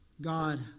God